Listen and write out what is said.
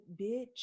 bitch